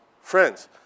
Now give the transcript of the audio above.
friends